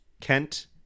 Kent